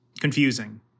confusing